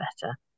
better